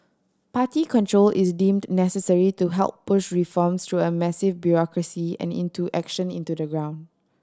party control is deemed necessary to help push reforms through a massive bureaucracy and into action into the ground